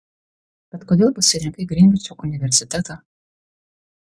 bet kodėl pasirinkai grinvičo universitetą